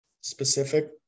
specific